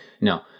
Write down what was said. No